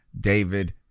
David